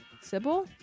Sybil